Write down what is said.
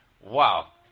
wow